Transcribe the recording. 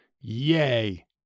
Yay